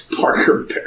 Parker